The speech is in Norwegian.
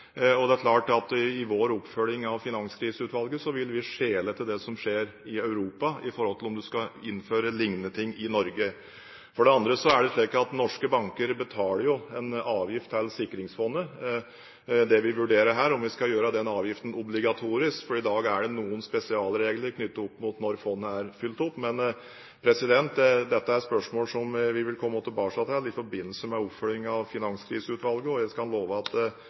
det. Det er klart at i vår oppfølging av Finanskriseutvalget vil vi skjele til det som skjer i Europa med tanke på om man skal innføre lignende ting i Norge. For det andre betaler norske banker en avgift til Sikringsfondet. Det vi vurderer her, er om vi skal gjøre den avgiften obligatorisk, for i dag er det noen spesialregler knyttet opp mot når fondet er fylt opp. Men dette er spørsmål som vi vil komme tilbake til i forbindelse med oppfølgingen av Finanskriseutvalget. Jeg lover at